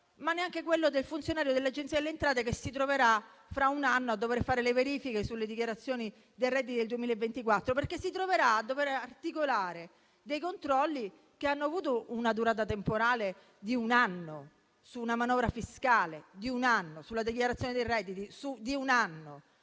ma neanche quello del funzionario dell'Agenzia delle entrate che si troverà fra un anno a dover fare le verifiche sulle dichiarazioni dei redditi del 2024, perché si troverà a dover articolare dei controlli che hanno avuto una durata temporale di un anno, su una manovra fiscale di un anno, sulla dichiarazione dei redditi di un anno.